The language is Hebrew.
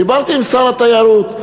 דיברתי עם שר התיירות.